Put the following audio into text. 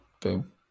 Boom